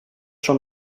schon